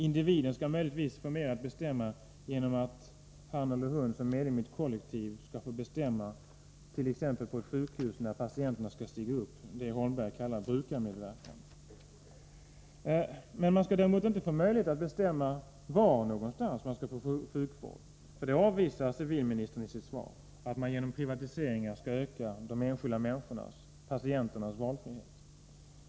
Individen skall möjligtvis få mer att bestämma om, genom att han eller hon som medlem i ett kollektivt.ex. på ett sjukhus skall få bestämma när patienterna skall stiga upp — det som Holmberg kallar brukarmedverkan. Man skall däremot inte få möjlighet att bestämma var någonstans man skall få sjukvård. Civilministern avvisar i sitt svar möjligheten att genom privatiseringar öka de enskilda människornas, patienternas, valfrihet.